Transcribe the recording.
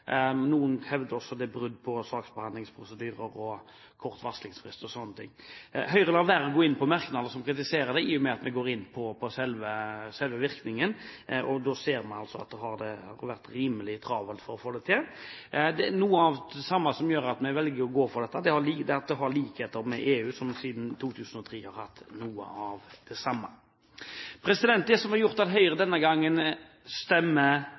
noen som mener det kommer litt for hastig. Noen hevder også at det er brudd på saksbehandlingsprosedyrer, kort varslingstid o.l. Høyre lar være å gå inn på kritiske merknader i og med at vi går inn på selve virkningen, og da ser vi at det har vært rimelig travelt å få det til. Noe av det som gjør at vi velger å gå for dette, er at EU siden 2003 har hatt noe av det samme. Det som har gjort at Høyre denne gangen stemmer